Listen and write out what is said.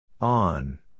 On